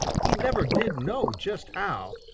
he never did know just how,